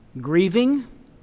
grieving